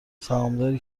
سهامداری